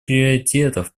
приоритетов